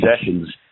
sessions